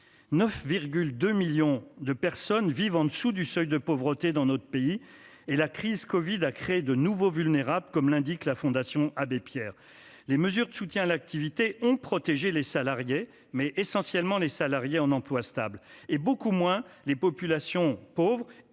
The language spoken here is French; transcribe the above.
9,2 millions de personnes vivent en dessous du seuil de pauvreté dans notre pays, et la crise du covid a créé de nouveaux vulnérables, comme l'indique la Fondation Abbé Pierre. Les mesures de soutien à l'activité ont protégé les salariés, mais essentiellement ceux qui bénéficiaient d'un emploi stable et beaucoup moins les populations pauvres